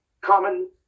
common